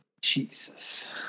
Jesus